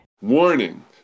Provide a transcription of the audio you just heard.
Warning